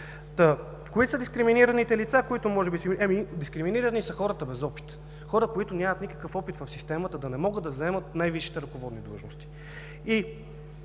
Кои са дискриминираните лица? Дискриминирани са хората без опит, хора, които нямат никакъв опит в системата, да не могат да заемат най-висшите ръководни длъжности.